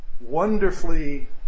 wonderfully